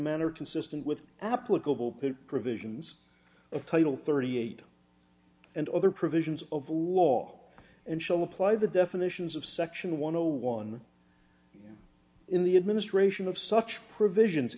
manner consistent with applicable provisions of title thirty eight and other provisions of law and show apply the definitions of section one o one in the administration of such provisions